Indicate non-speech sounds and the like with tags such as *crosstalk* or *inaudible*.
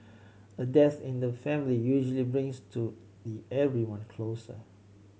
a death in the family usually brings to *unintelligible* everyone closer